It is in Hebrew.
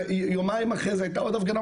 יומיים אחרי זה הייתה עוד הפגנה,